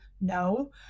no